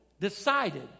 decided